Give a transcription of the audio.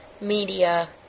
media